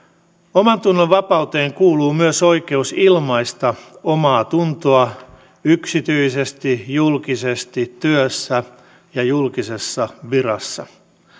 omantunnonvapauteen kuuluu myös oikeus ilmaista omaatuntoa yksityisesti julkisesti työssä ja julkisessa virassa